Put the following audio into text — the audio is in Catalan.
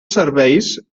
serveis